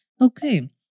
Okay